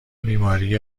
بیماری